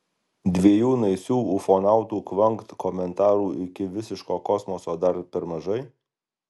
dviejų naisių ufonautų kvankt komentarų iki visiško kosmoso dar per mažai